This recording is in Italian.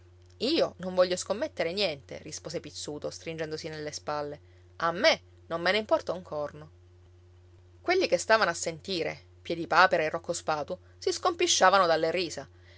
io non voglio scommettere niente rispose pizzuto stringendosi nelle spalle a me non me ne importa un corno quelli che stavano a sentire piedipapera e rocco spatu si scompisciavano dalle risa